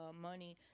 money